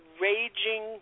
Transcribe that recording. raging